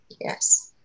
yes